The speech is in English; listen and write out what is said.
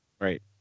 right